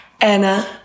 Anna